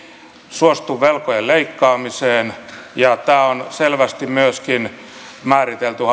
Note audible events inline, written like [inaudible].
suostu velkojen leikkaamiseen ja tämä on selvästi myöskin määritelty [unintelligible]